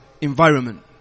environment